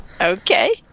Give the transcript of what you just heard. Okay